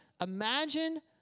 imagine